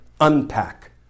unpack